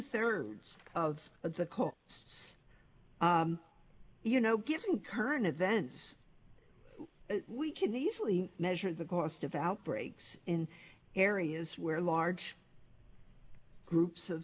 thirds of the colts you know getting current events we can easily measure the cost of outbreaks in areas where large groups of